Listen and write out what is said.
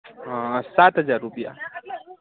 હઁ સાત હજાર રૂપિયા